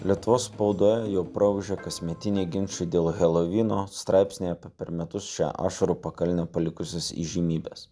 lietuvos spaudoje jau praūžė kasmetiniai ginčai dėl helovyno straipsniai apie per metus šią ašarų pakalnę palikusias įžymybes